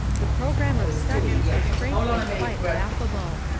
the programme of studies is frankly quite laughable.